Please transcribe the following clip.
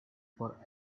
for